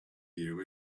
you